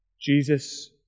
Jesus